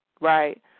right